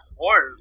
world